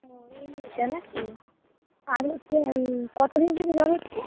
ও এই মেয়েটা না কি আর হচ্ছে কতো দিন ধরে জ্বর হচ্ছে